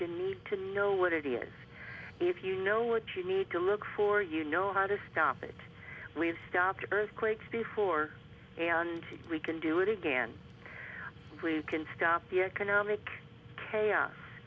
you need to know what it is if you know what you need to look for you know how to stop it we've stopped earthquakes before and we can do it again we can stop the economic chaos